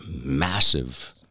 massive